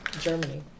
Germany